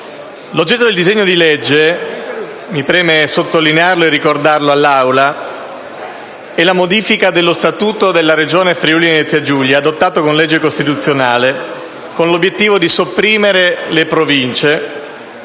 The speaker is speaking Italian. L'oggetto del disegno di legge - mi preme sottolinearlo e ricordarlo all'Assemblea - è la modifica dello Statuto della Regione Friuli-Venezia Giulia, adottato con legge costituzionale, con l'obiettivo di sopprimere le Province,